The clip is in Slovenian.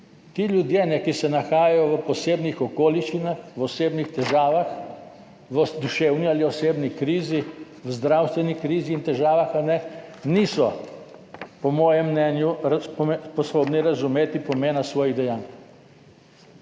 Ti ljudje, ki se nahajajo v posebnih okoliščinah, v osebnih težavah, v duševni ali osebni krizi, v zdravstveni krizi in težavah, niso po mojem mnenju sposobni razumeti pomena svojih dejanj.